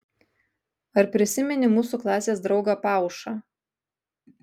ar prisimeni mūsų klasės draugą paušą